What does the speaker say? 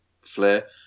Flair